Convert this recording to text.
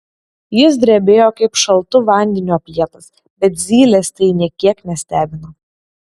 jis drebėjo kaip šaltu vandeniu aplietas bet zylės tai nė kiek nestebino